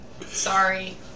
Sorry